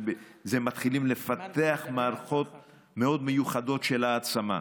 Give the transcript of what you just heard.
הם מתחילים לפתח מערכות מאוד מיוחדות של העצמה.